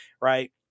right